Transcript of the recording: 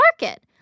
Market